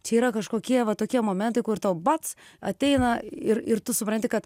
čia yra kažkokie va tokie momentai kur tau bac ateina ir ir tu supranti kad